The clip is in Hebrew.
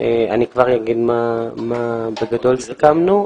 אני כבר אומר מה סיכמנו בגדול.